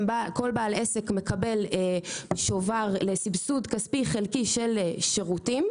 כל בעל עסק מקבל שובר לסבסוד כספי חלקי של שירותים,